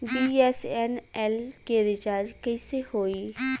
BSNL के recharge कैसे होयी?